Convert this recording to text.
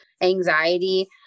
anxiety